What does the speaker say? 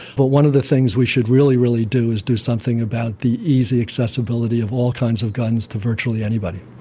but one of the things we should really, really do is do something about the easy accessibility of all kinds of guns to virtually anybody.